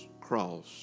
cross